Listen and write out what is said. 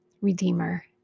redeemer